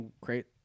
great